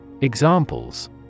Examples